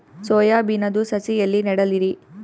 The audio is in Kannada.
ಸೊಯಾ ಬಿನದು ಸಸಿ ಎಲ್ಲಿ ನೆಡಲಿರಿ?